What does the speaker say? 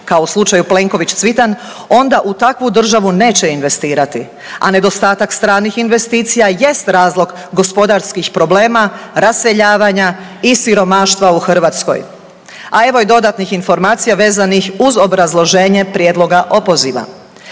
kao u slučaju Plenković – Cvitan, onda u takvu državu neće investirati. A nedostatak stranih investicija jest razlog gospodarskih problema, raseljavanja i siromaštva u Hrvatskoj. A evo i dodatnih informacija vezanih uz obrazloženje prijedloga opoziva.